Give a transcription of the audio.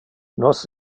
nos